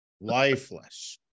lifeless